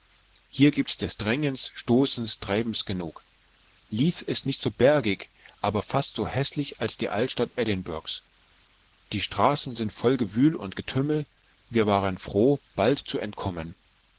hier gibt's des drängens stoßens treibens genug leith ist nicht so bergig aber fast so häßlich als die altstadt edinburgh die straßen sind voll gewühl und getümmel wir waren froh bald zu entkommen